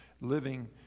living